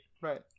Right